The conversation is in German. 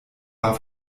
war